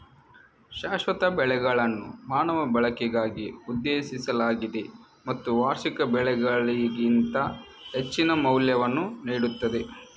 ಶಾಶ್ವತ ಬೆಳೆಗಳನ್ನು ಮಾನವ ಬಳಕೆಗಾಗಿ ಉದ್ದೇಶಿಸಲಾಗಿದೆ ಮತ್ತು ವಾರ್ಷಿಕ ಬೆಳೆಗಳಿಗಿಂತ ಹೆಚ್ಚಿನ ಮೌಲ್ಯವನ್ನು ನೀಡುತ್ತದೆ